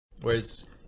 Whereas